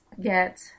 get